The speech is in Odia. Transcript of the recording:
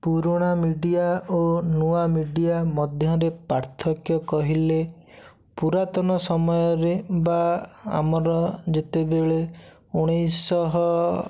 ପୁରୁଣା ମିଡ଼ିଆ ଓ ନୂଆ ମିଡ଼ିଆ ମଧ୍ୟରେ ପାର୍ଥକ୍ୟ କହିଲେ ପୁରାତନ ସମୟରେ ବା ଆମର ଯେତେବେଳେ ଉଣେଇଶହ